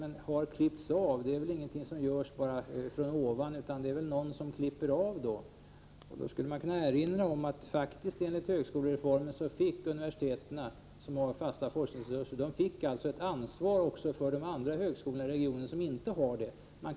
Men det är ju ingenting som görs från ovan. Någon måste utföra handlingen. Genom högskolereformen blev dock universiteten, som har fasta forskningsresurser, faktiskt ålagda ett ansvar för de högskolor i samma region som inte har sådana resurser.